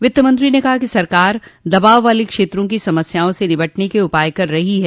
वित्तमंत्री ने कहा कि सरकार दबाव वाले क्षेत्रों की समस्याओं से निपटने के उपाय कर रही है